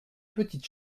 petite